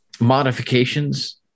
modifications